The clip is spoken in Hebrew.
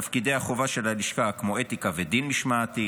תפקידי החובה של הלשכה כמו אתיקה ודין משמעתי,